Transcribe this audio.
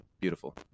beautiful